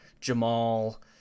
Jamal